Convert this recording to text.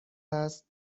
است